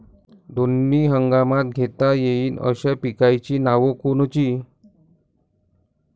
दोनी हंगामात घेता येईन अशा पिकाइची नावं कोनची?